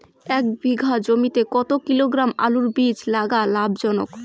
এক বিঘা জমিতে কতো কিলোগ্রাম আলুর বীজ লাগা লাভজনক?